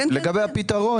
לגבי הפתרון,